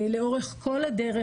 לאורך כל הדרך,